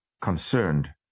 concerned